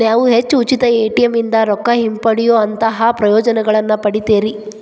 ನೇವು ಹೆಚ್ಚು ಉಚಿತ ಎ.ಟಿ.ಎಂ ಇಂದಾ ರೊಕ್ಕಾ ಹಿಂಪಡೆಯೊಅಂತಹಾ ಪ್ರಯೋಜನಗಳನ್ನ ಪಡಿತೇರಿ